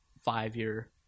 five-year